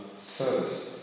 service